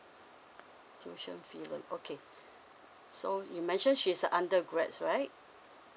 tuition fee loan okay so you mentioned she's undergrads right